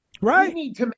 right